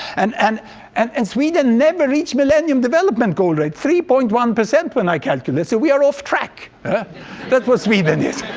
and and and and sweden never reached millennium development goal rate, three point one percent when i calculated. so we are off track that's what sweden is.